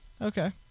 Okay